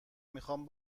میخام